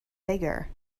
bigger